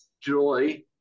joy